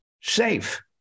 safe